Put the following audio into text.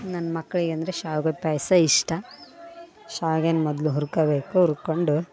ನನ್ನ ಮಕ್ಕಳಿಗೆ ಅಂದರೆ ಶಾವಿಗೆ ಪಾಯಸ ಇಷ್ಟ ಶಾವ್ಗೇನ ಮೊದಲು ಹುರ್ಕೋಬೇಕು ಹುರ್ಕೊಂಡು